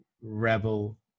rebel